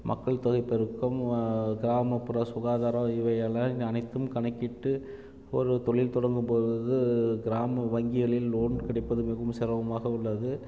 மக்கள்தொகை பெருக்கம் கிராமப்புற சுகாதார இவைகள்லாம் அனைத்தும் கணக்கிட்டு ஒரு தொழில் தொடங்கும்பொழுது கிராம வங்கிகளில் லோன் கிடைப்பது மிகவும் சிரமமாக உள்ளது